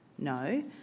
No